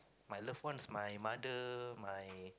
my loved ones my mother my